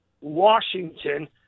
Washington